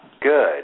Good